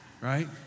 Right